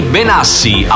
Benassi